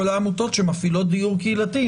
כל העמותות שמפעילות דיור קהילתי,